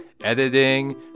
editing